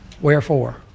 wherefore